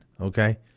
Okay